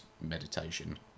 meditation